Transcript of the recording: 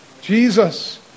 Jesus